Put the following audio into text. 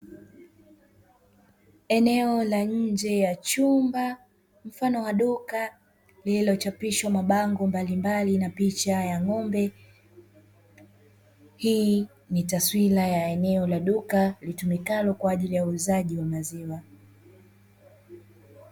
Eneo la nje ya chumba mfano wa duka lililochapishwa mabango mbalimbali na picha ya ng'ombe. Hii ni taswira ya eneo la duka litumikalo kwa ajili ya uuzaji wa maziwa.